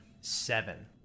Seven